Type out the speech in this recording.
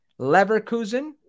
Leverkusen